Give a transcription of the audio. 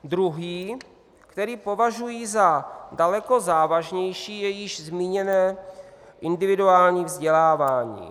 Druhý, který považuji za daleko závažnější, je již zmíněné individuální vzdělávání.